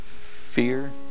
fear